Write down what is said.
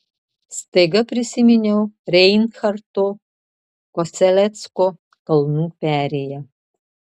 staiga prisiminiau reinharto kosellecko kalnų perėją